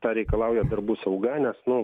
tą reikalauja darbų sauga nes nu